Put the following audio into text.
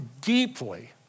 deeply